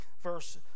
Verse